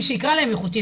מי שיקרא להם איכותיים,